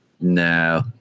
no